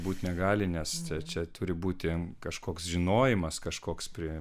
būti negali nes čia turi būti kažkoks žinojimas kažkoks prie